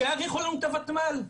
שיאריכו לנו את הוותמ"ל,